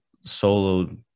solo